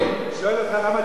אני שואל אותך למה צ'צ'ניה,